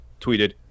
tweeted